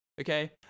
Okay